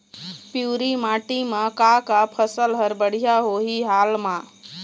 पिवरी माटी म का का फसल हर बढ़िया होही हाल मा?